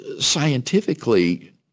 scientifically